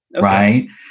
Right